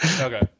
Okay